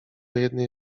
jednej